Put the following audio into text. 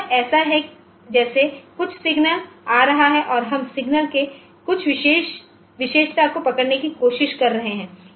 तो यह ऐसा है जैसे कुछ सिग्नल आ रहा है और हम सिग्नल की कुछ विशेषता को पकड़ने की कोशिश कर रहे हैं